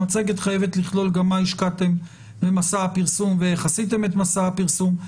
המצגת חייבת לכלול גם מה השקעתם במסע הפרסום ואיך עשיתם את מסע הפרסום.